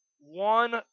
one